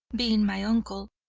being my uncle,